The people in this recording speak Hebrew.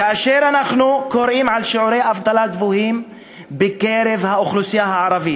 כאשר אנחנו קוראים על שיעורי אבטלה גבוהים בקרב האוכלוסייה הערבית,